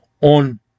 On